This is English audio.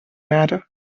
matter